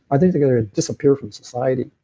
i think they're going to disappear from society.